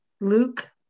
Luke